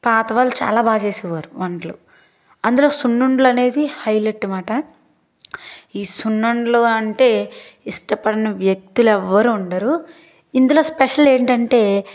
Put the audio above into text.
పాతవాళ్లు చాలా బాగా చేసేవారు వంటలు అందులో సున్నుండలు అనేవి హైలెట్ అనమాట ఈ సున్నుండలు అంటే ఇష్టపడని వ్యక్తులు ఎవ్వరు ఉండరు ఇందులో స్పెషల్ ఏంటంటే